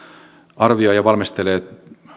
arvioi ja valmistelee